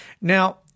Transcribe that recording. Now